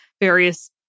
various